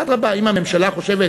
אדרבה, אם הממשלה חושבת,